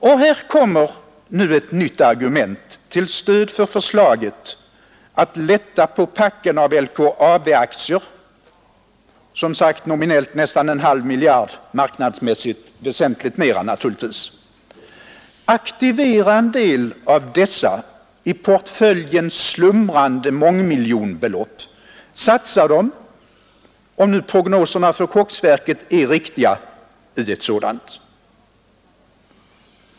Och här kommer nu ett nytt argument till stöd för förslaget att lätta på packen av LKAB-aktier — som sagt nästan en halv miljard nominellt, marknadsmässigt betydligt mer naturligtvis. Aktivera en del av dessa i portföljen slumrande mångmiljonbelopp, satsa dem — om nu prognoserna för koksverket är riktiga — i ett sådant!